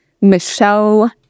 Michelle